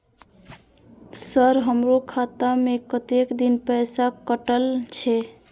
Sir हमारो खाता में कतेक दिन पैसा कटल छे?